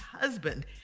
husband